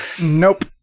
Nope